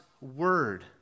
word